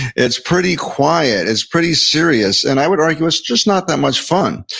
it's pretty quiet. it's pretty serious, and i would argue, it's just not that much fun.